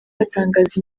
batangaza